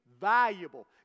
valuable